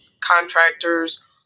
contractors